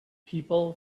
people